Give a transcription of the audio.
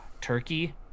Turkey